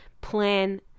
plan